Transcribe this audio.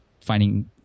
finding